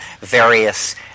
Various